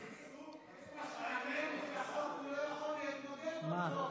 לפי החוק הוא לא יכול להתמודד בבחירות הקרובות,